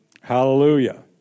Hallelujah